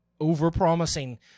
over-promising